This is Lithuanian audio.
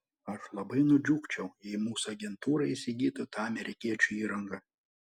aš labai nudžiugčiau jei mūsų agentūra įsigytų tą amerikiečių įrangą